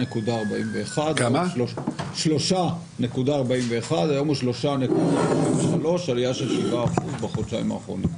3.41. היום הוא 3.53 עלייה של 7% בחודשיים האחרונים.